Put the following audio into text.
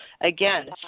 again